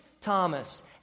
Thomas